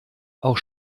auch